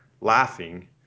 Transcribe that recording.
laughing